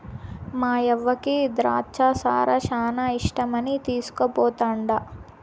మాయవ్వకి ద్రాచ్చ సారా శానా ఇష్టమని తీస్కుపోతండా